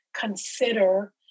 consider